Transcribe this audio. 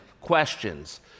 questions